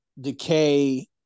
decay